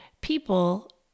people